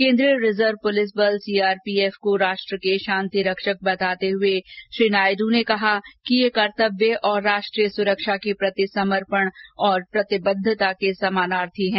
केन्द्रीय reserve police बल CRPF को राष्ट्र के शांतिरक्षक बताते हुए श्री नायड् ने कहा कि यह कर्त्तव्य और राष्ट्रीय सुरक्षा के प्रति समर्पण और प्रतिबद्धता के समानार्थी है